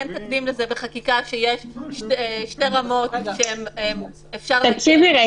אין בחקיקה תקדים לזה שיש שתי רמות שאפשר --- תקשיבי רגע.